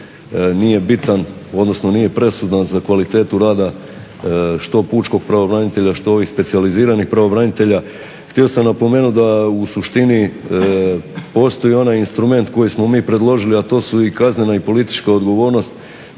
nije bitan, odnosno nije presudan za kvalitetu rada što pučkog pravobranitelja što ovih specijaliziranih pravobranitelja. Htio sam napomenuti da u suštini postoji onaj instrument koji smo mi predložili, a to su i kaznena i politička odgovornost